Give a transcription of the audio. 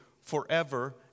forever